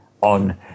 on